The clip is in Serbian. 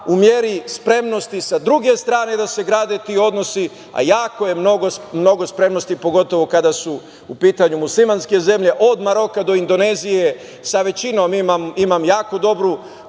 u meri spremnosti sa druge strane da se grade ti odnosi, a jako je mnogo spremnosti pogotovo kada su u pitanju muslimanske zemlje od Maroka do Indonezije. Sa većinom imam jako dobru